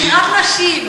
שירת נשים.